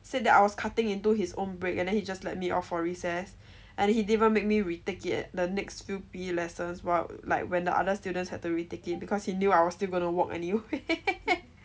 said that I was cutting into his own break and then he just let me off for recess and he didn't even make me retake it at the next few P_E lessons while like when the other students had to retake it because he knew I was still gonna walk anyway